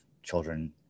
children